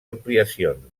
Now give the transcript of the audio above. ampliacions